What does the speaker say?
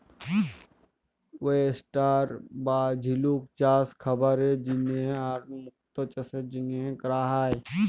oyster বা ঝিলুক চাস খাবারের জন্হে আর মুক্ত চাসের জনহে ক্যরা হ্যয়ে